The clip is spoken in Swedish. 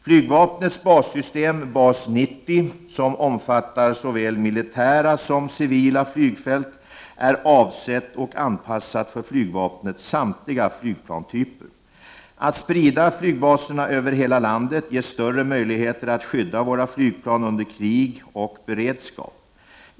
Flygvapnets bassystem Bas-90, som omfattar såväl militära som civila flygfält, är avsett och anpassat för flygvapnets samtliga flygplanstyper. Att sprida flygbaserna över hela landet ger större möjligheter att skydda våra flygplan under krig och beredskap.